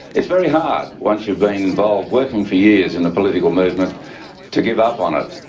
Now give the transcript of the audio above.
it's very hard once you've been involved working for years in a political movement to give up on it,